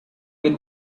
with